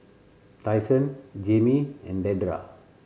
Tyson Jammie and Dedra